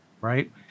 right